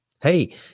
Hey